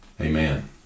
amen